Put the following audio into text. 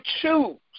choose